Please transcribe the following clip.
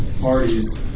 parties